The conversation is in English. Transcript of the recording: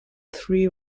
three